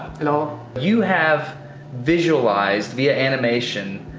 hello. you have visualized, via animation,